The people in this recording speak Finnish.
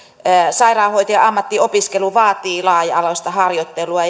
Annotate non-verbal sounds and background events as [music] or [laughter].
sairaanhoitajan ammattiin opiskelu vaatii laaja alaista harjoittelua [unintelligible]